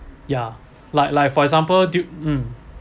ya like like for example due um